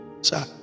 Sir